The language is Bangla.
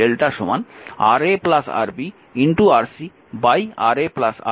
সুতরাং এটি হবে lrmΔ Ra Rb Rc Ra Rb Rc